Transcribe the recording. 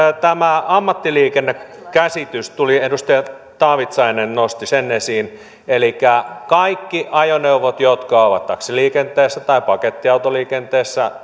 tämä ammattiliikennekäsitys edustaja taavitsainen nosti sen esiin kaikki ajoneuvot jotka ovat taksiliikenteessä tai pakettiautoliikenteessä